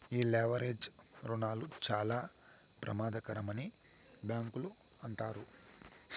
ఈ లెవరేజ్ రుణాలు చాలా ప్రమాదకరమని బ్యాంకులు అంటారు